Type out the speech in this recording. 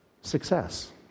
Success